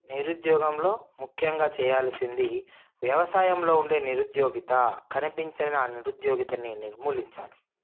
నిరుద్యోగంలో ముఖ్యంగా చేయాల్సింది వ్యవసాయంలో ఉండే నిరుద్యోగిత కనిపించని ఆ నిరుద్యోగితని నిర్మూలించాలి